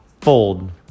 fold